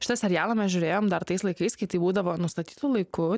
šitą serialą mes žiūrėjom dar tais laikais kai tai būdavo nustatytu laiku